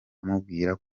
amubwira